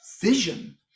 vision